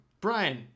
Brian